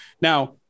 Now